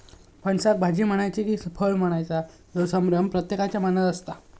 फणसाक भाजी म्हणायची कि फळ म्हणायचा ह्यो संभ्रम प्रत्येकाच्या मनात असता